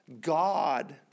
God